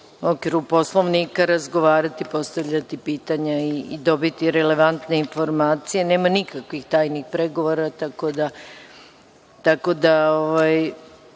ćemo svakako razgovarati i postavljati pitanja i dobiti relevantne informacije. Nema nikakvih tajnih pregovora, tako da